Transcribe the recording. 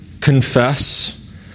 confess